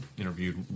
Interviewed